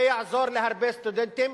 זה יעזור להרבה סטודנטים